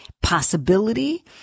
possibility